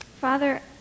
Father